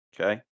Okay